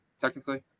technically